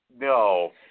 no